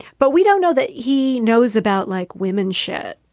but we don't know that he knows about like women. shit.